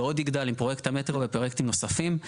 ועוד יגדל עם פרויקט המטרו ופרויקטים נוספים.